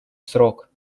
срок